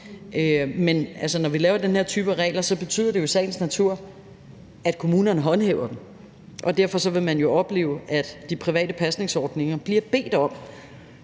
Men når vi laver den her type regler, betyder det jo i sagens natur, at kommunerne håndhæver dem, og derfor vil man jo opleve, at de private pasningsordninger bliver bedt om